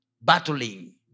battling